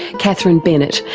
catherine bennett,